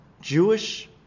Jewish